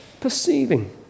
perceiving